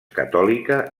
catòlica